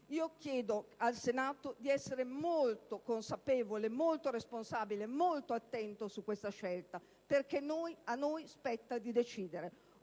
Chiedo al Senato di essere molto consapevole, molto responsabile e molto attento su questa scelta, perché spetta a noi decidere,